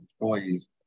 employees